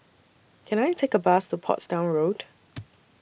Can I Take A Bus to Portsdown Road